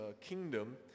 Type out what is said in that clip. kingdom